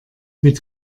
mit